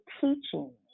teaching